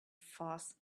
fast